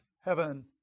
heaven